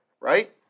right